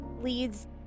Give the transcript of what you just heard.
leads